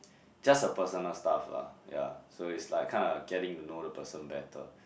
just a personal stuff lah ya so is like kind of getting to know the person better